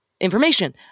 information